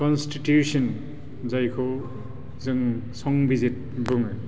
Constitution जायखौ जों संबिजिर बुङो